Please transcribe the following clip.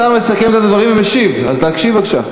השר מסכם את הדברים ומשיב, אז להקשיב בבקשה.